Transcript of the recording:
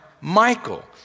Michael